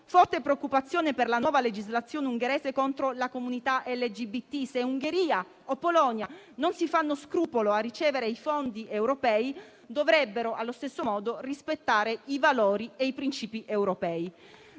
forte preoccupazione per la nuova legislazione ungherese contro la comunità LGBT: se Ungheria o Polonia non si fanno scrupolo a ricevere i fondi europei, dovrebbero allo stesso modo rispettare i valori e i principi europei.